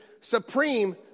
supreme